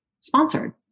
sponsored